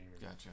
Gotcha